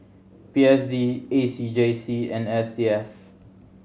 P S D A C J C and S T S